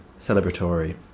Celebratory